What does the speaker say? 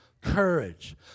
Courage